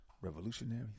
revolutionary